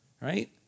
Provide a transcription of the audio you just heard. right